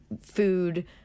food